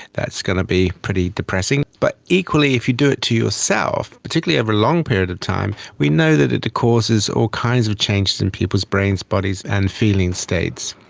that's going to be pretty depressing. but equally if you do it to yourself, particularly over a long period of time, we know that it causes all kinds of changes in people's brains, bodies and feeling states.